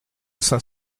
saint